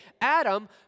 Adam